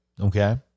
Okay